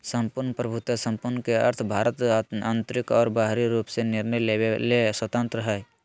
सम्पूर्ण प्रभुत्वसम्पन् के अर्थ भारत आन्तरिक और बाहरी रूप से निर्णय लेवे ले स्वतन्त्रत हइ